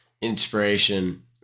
inspiration